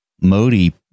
Modi